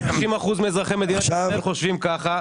90% מאזרחי מדינת ישראל חושבים כך.